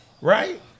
right